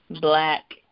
black